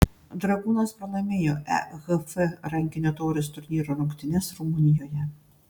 dragūnas pralaimėjo ehf rankinio taurės turnyro rungtynes rumunijoje